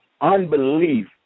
unbelief